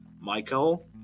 michael